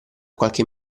qualche